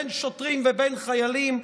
בין שוטרים ובין חיילים,